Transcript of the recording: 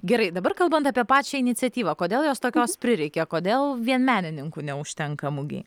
gerai dabar kalbant apie pačią iniciatyvą kodėl jos tokios prireikia kodėl vien menininkų neužtenka mugėje